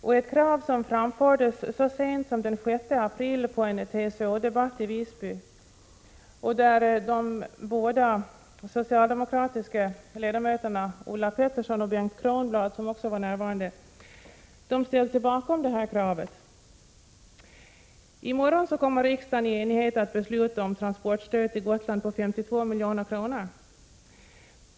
Det framfördes så sent som den 6 april vid en TCO-debatt i Visby, där de båda socialdemokratiska ledamöterna Ulla Pettersson och Bengt Kronblad också ställde sig bakom detta krav. I morgon kommer riksdagen att i enighet besluta om transportstöd till Gotland på 52 milj.kr.